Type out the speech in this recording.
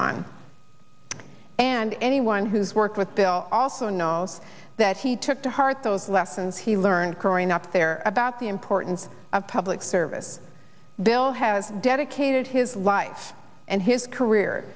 on and anyone who's worked with bill also knows that he took to heart those lessons he learned growing up there about the importance of public service bill has dedicated his life and his career